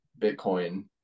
Bitcoin